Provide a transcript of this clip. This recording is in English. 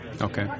Okay